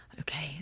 Okay